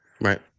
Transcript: Right